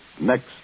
Next